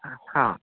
हा